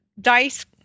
Dice